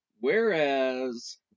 Whereas